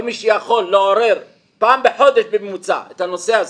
כל מי שיכול לעורר פעם בחודש בממוצע את הנושא הזה,